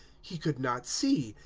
he could not see,